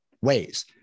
ways